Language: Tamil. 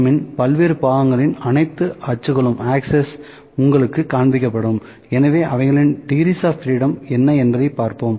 M இன் பல்வேறு பாகங்களின் அனைத்து அச்சுகளும் உங்களுக்குக் காண்பிக்கப்படும் மேலும் அவைகளின் டிகிரீஸ் ஆஃப் ஃப்ரீடம் என்ன என்பதையும் பார்ப்போம்